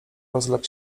rozległ